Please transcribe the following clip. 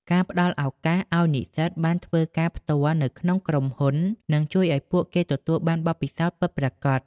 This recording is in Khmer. ការផ្តល់ឱកាសឱ្យនិស្សិតបានធ្វើការផ្ទាល់នៅក្នុងក្រុមហ៊ុន នឹងជួយឱ្យពួកគេទទួលបានបទពិសោធន៍ពិតប្រាកដ។